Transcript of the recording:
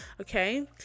okay